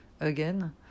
again